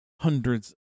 hundreds